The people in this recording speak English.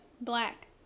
black